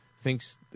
Thinks